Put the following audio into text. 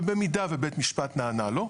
ובמידה ובית המשפט נענה לו,